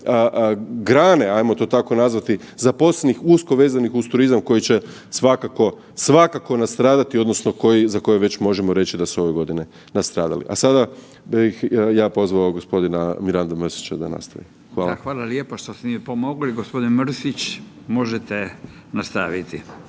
grane ajmo to tako nazvati zaposlenih usko vezanih uz turizam koji je svakako, svakako nastradati odnosno za koje već možemo reći da su ove godine nastradali. A sada da ih ja, pozvao gospodina Miranda Mrsića da nastavi. Hvala. **Radin, Furio (Nezavisni)** Da hvala lijepa što ste mi pomogli. Gospodin Mrsić možete nastaviti.